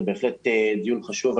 זה בהחלט דיון חשוב.